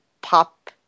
pop